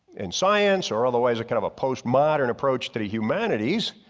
in science or otherwise a kind of a postmodern approach to the humanities,